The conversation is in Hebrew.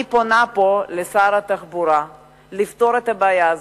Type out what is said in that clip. אני פונה פה אל שר התחבורה לפתור את הבעיה הזאת,